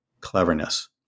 cleverness